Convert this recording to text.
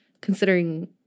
considering